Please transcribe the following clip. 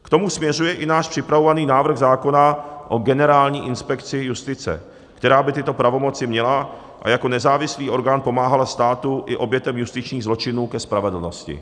K tomu směřuje i náš připravovaný návrh zákona o Generální inspekci justice, která by tyto pravomoci měla a jako nezávislý orgán pomáhala státu i obětem justičních zločinů ke spravedlnosti.